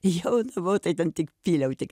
jau buvo tai ten tik pyliau tik